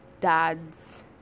dads